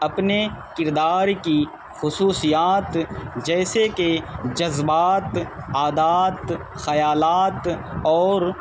اپنے کردار کی خصوصیات جیسے کہ جذبات عادات خیالات اور